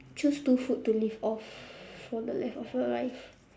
choose two food to live off for the rest of your life